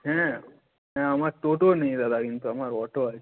হ্যাঁ হ্যাঁ আমার টোটো নেই দাদা কিন্তু আমার অটো আছে